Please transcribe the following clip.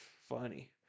funny